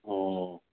ꯑꯣ